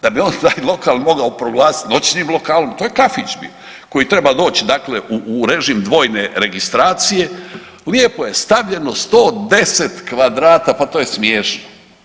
Da bi on taj lokal mogao proglasiti noćnim lokalom, to je kafić bio koji treba doć u režim dvojne registracije, lijepo je stavljeno 110 kvadrata, pa to je smiješno.